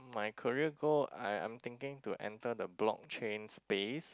my career goal I I'm thinking to enter the blockchains base